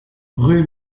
rue